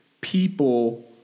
people